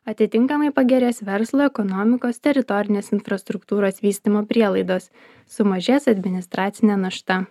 atitinkamai pagerės verslo ekonomikos teritorinės infrastruktūros vystymo prielaidos sumažės administracinė našta